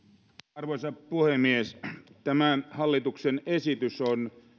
arvoisa puhemies tämä hallituksen esitys on